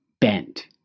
bent